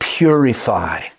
purify